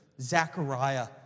Zechariah